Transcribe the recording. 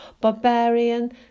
barbarian